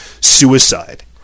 suicide